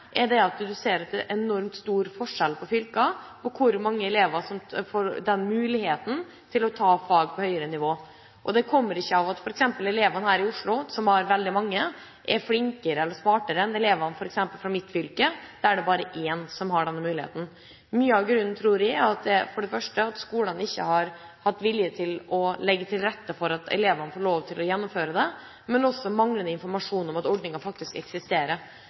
er at det er enormt stor forskjell på fylker når det gjelder hvor mange elever som får mulighet til å ta fag på høyere nivå. Det kommer ikke av at f.eks. elevene her i Oslo – der veldig mange har muligheten – er flinkere eller smartere enn f.eks. elevene fra mitt fylke, der det bare er én som har denne muligheten. Mye av grunnen, tror jeg, er at skolene ikke har hatt vilje til å legge til rette slik at elevene får gjennomført dette, men det er også manglende informasjon om at ordningen eksisterer.